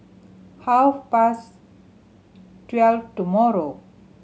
half past twelve tomorrow